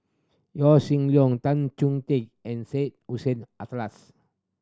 Yaw Shin Leong Tan Choh Tee and Syed Hussein Alatas